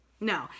No